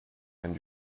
and